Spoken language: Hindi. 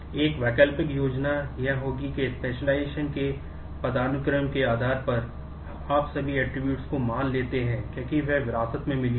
एक वैकल्पिक योजना यह होगी कि स्पेशलाइजेशन शामिल हैं जो विरासत में मिले हैं